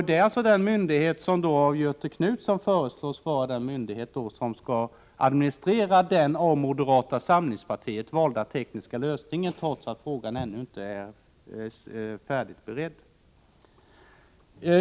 Det är alltså den myndighet som av Göthe Knutson föreslås skola administrera den av moderata samlingspartiet valda tekniska lösningen, trots att frågan ännu inte är färdigberedd.